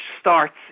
starts